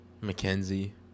Mackenzie